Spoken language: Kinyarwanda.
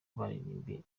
baririmbiye